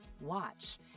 Watch